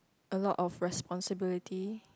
a lot of responsibilities